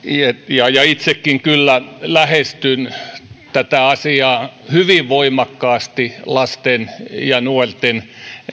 itsekin kyllä lähestyn tätä asiaa hyvin voimakkaasti lasten ja nuorten